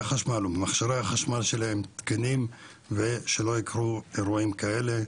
החשמל ומכשירי החשמל שלהם תקינים ושלא יקרו אירועים כאלה,